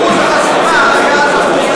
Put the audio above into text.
אחוז החסימה היה 1%,